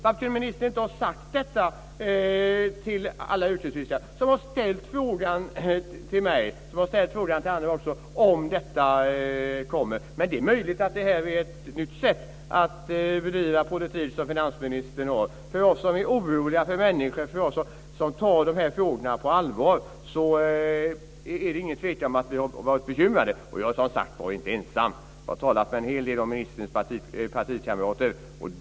Varför kunde ministern inte ha sagt detta till alla yrkesfiskare som har ställt frågan till mig och också till andra om propositionen kommer? Det är möjligt att det är ett nytt sätt att bedriva politik som finansministern har. För oss som är oroliga för människor och tar dessa frågor på allvar är det ingen tvekan om att vi har varit bekymrade. Jag är som sagt var inte ensam. Jag har talat med en hel del av ministerns partikamrater.